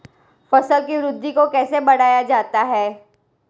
फसल की वृद्धि को कैसे बढ़ाया जाता हैं?